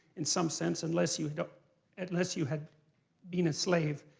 in some sense, unless you know and unless you have been a slave.